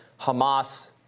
Hamas